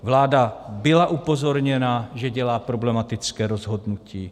Vláda byla upozorněna, že dělá problematické rozhodnutí.